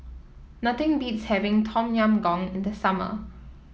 nothing beats having Tom Yam Goong in the summer